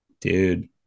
dude